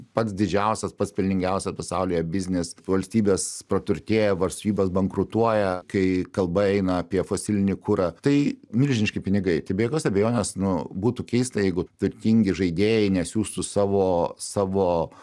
pats didžiausias pats pelningiausias pasaulyje biznis valstybės praturtėja valstybės bankrutuoja kai kalba eina apie fosilinį kurą tai milžiniški pinigai tai be jokios abejonės nu būtų keista jeigu turtingi žaidėjai nesiųstų su savo savo